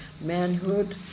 manhood